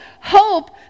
Hope